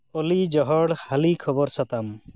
ᱚᱞᱤ ᱡᱚᱦᱚᱲ ᱦᱟᱞᱤ ᱠᱷᱚᱵᱚᱨ ᱥᱟᱛᱟᱢ